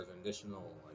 additional